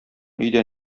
өйдә